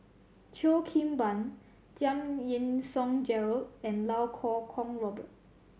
Cheo Kim Ban Giam Yean Song Gerald and Lau Kuo Kwong Robert